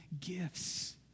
gifts